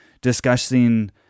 discussing